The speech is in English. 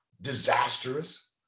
disastrous